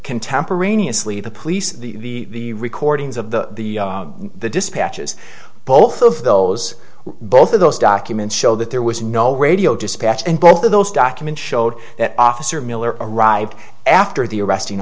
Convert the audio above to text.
contemporaneously the police the recordings of the the dispatches both of those both of those documents show that there was no radio dispatch and both of those documents showed that officer miller arrived after the arresting